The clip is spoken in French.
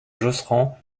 josserand